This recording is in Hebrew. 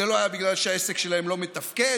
זה לא היה בגלל שהעסק שלהם לא מתפקד,